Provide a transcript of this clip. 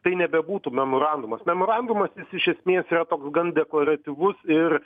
tai nebebūtų memorandumas memorandumas jis iš esmės yra toks gan deklaratyvus ir